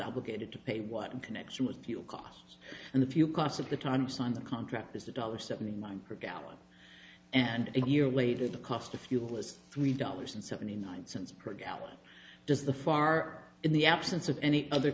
obligated to pay what connection with fuel costs and the few costs of the time signed the contract is a dollar seventy mile per gallon and a year later the cost of fuel is three dollars and seventy nine cents per gallon does the far in the absence of any other